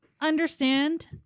understand